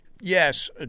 yes